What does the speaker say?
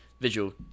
Visual